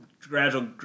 gradual